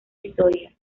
historia